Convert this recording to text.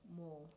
more